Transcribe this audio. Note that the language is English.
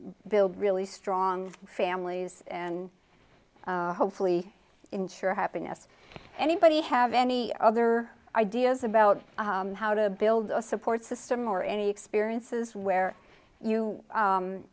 build really strong families and hopefully ensure happiness anybody have any other ideas about how to build a support system or any experiences where you